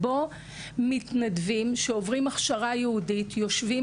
של מתנדבים שעוברים הכשרה ייעודית יושבים